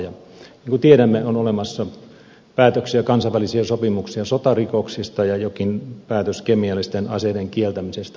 niin kuin tiedämme on olemassa päätöksiä kansainvälisiä sopimuksia sotarikoksista ja jokin päätös kemiallisten aseiden kieltämisestä